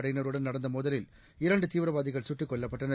படையினருடன் நடந்த மோதலில் இரண்டு தீவிரவாதிகள் சுட்டுக் கொல்லப்பட்டனர்